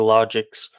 Logics